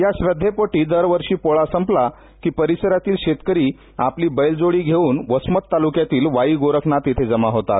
या श्रद्वेपोटी दरवर्षी पोळा संपला की परिसरातील शेतकरी आपली बैलजोडी घेऊन वस्मत तालुक्यातील वाईगोरखनाथ येथे जमा होतात